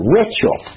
ritual